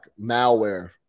malware